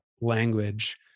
language